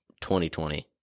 2020